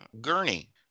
gurney